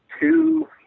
two